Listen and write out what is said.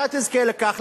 אתה תזכה לכך,